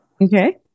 Okay